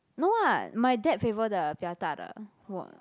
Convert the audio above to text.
no [what] my dad favor the 比较大的我